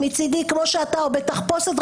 כמו שאתה או בתחפושת,